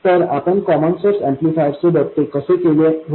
तर आपण common source amplifier सोबत ते कसे केले होते